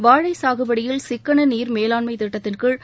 வாழை சாகுபடியில் சிக்கன நீர் மேலாண்மை திட்டத்தின் கீழ்